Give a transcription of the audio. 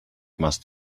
must